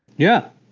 yeah.